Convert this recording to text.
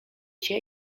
cię